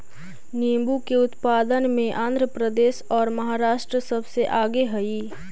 नींबू के उत्पादन में आंध्र प्रदेश और महाराष्ट्र सबसे आगे हई